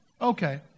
Okay